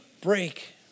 break